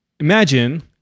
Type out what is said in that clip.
Imagine